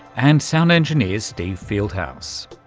and sound engineer steve fieldhouse.